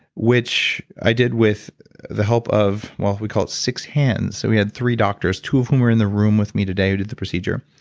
which i did with the help of, well, we call it six hands. we had three doctors, two of whom are in the room with me today who did the procedure.